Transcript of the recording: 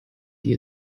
die